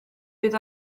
bydd